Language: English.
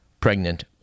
pregnant